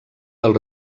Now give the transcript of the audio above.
del